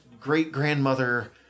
great-grandmother